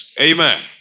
Amen